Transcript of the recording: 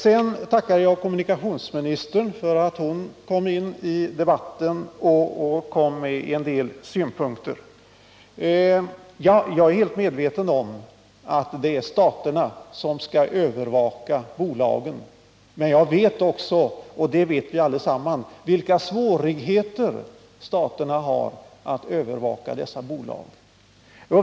Sedan tackar jag kommunikationsministern för att hon kom in i debatten med en del synpunkter. Jag är helt medveten om att det är staterna som skall övervaka bolagen, men jag vet också — och det vet vi allesammans — vilka svårigheter staterna har att övervaka dessa bolag.